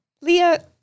Leah